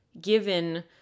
given